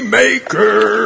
maker